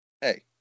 Hey